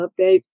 updates